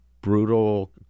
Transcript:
brutal